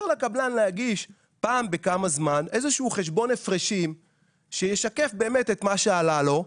לקבלן להגיש פעם בזמן מה איזשהו חשבון הפרשים שישקף את מה שעלה לו.